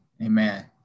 amen